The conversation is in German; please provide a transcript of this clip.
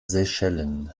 seychellen